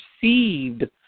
perceived